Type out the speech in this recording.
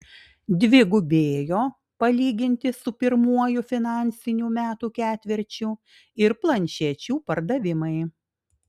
dvigubėjo palyginti su pirmuoju finansinių metų ketvirčiu ir planšečių pardavimai